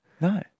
No